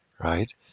right